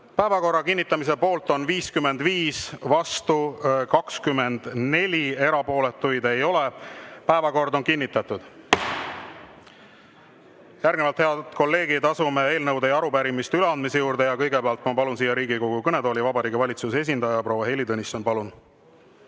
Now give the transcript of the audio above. Päevakorra kinnitamise poolt on 55, vastu 24, erapooletuid ei ole. Päevakord on kinnitatud. Järgnevalt, head kolleegid, asume eelnõude ja arupärimiste üleandmise juurde. Kõigepealt ma palun siia Riigikogu kõnetooli Vabariigi Valitsuse esindaja proua Heili Tõnissoni. Palun!